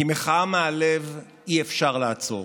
כי מחאה מהלב אי-אפשר לעצור.